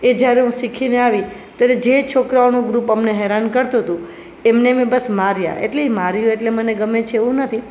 એ જ્યારે હું શીખીને આવી ત્યારે જે છોકરાઓનું ગ્રુપ અમને હેરાન કરતું હતું એમને મેં બસ માર્યા એટલે માર્યો એટલે મને ગમે છે એવું નથી